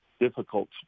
difficult